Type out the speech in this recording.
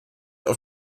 auf